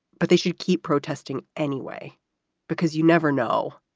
but they should keep protesting anyway because you never know.